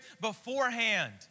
beforehand